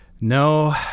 No